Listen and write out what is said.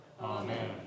Amen